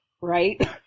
right